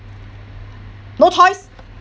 no choice